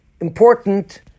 important